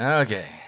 okay